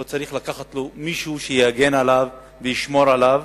לא צריך לקחת מישהו שיגן וישמור עליו,